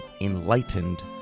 enlightened